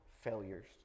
failures